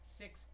six